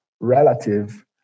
relative